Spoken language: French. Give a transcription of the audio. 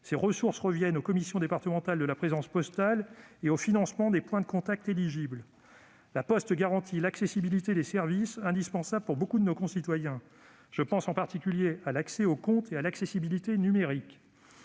Poste bénéficie, reviennent aux commissions départementales de la présence postale territoriale et au financement des points de contact éligibles. La Poste garantit l'accessibilité de services indispensables pour nombre de nos concitoyens. Je pense en particulier à l'accès au compte et à l'accessibilité numérique.